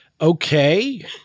okay